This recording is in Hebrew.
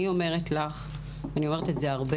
אני אומרת לך, ואני אומרת את זה כאן הרבה